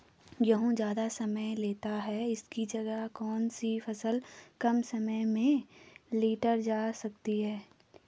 गेहूँ ज़्यादा समय लेता है इसकी जगह कौन सी फसल कम समय में लीटर जा सकती है?